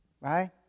Right